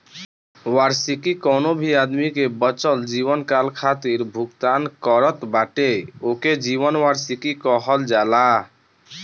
वार्षिकी कवनो भी आदमी के बचल जीवनकाल खातिर भुगतान करत बाटे ओके जीवन वार्षिकी कहल जाला